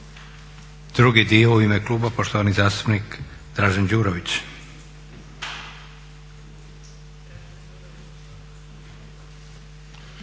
Drugi dio u ime klub, poštovani zastupnik Dražen Đurović.